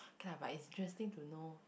okay but it's interesting to know